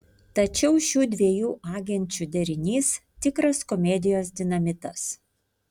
tačiau šių dviejų agenčių derinys tikras komedijos dinamitas